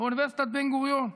באוניברסיטת בן-גוריון.